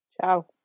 Ciao